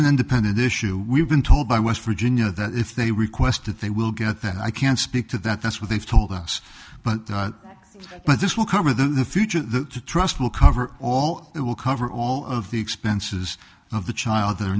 an independent issue we've been told by west virginia that if they request that they will get that i can't speak to that that's what they've told us but but this will come of the future the trust will cover all it will cover all of the expenses of the child they're